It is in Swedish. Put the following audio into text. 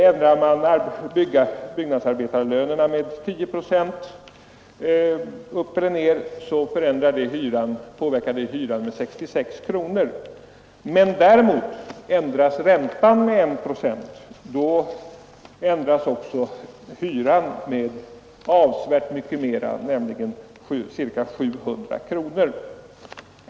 Ändrar man byggnadsarbetarlönerna med 10 procent uppåt eller neråt, påverkar det hyran med 66 kronor. Ändras däremot räntan med 1 procent, ändras hyran med avsevärt mycket mera, nämligen med ca 700 kronor.